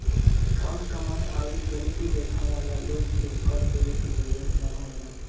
काम कमाएं आउर गरीबी रेखा वाला लोग के कर देवे के जरूरत ना होला